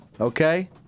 Okay